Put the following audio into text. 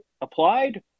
applied